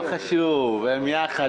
לא חשוב, הם ביחד.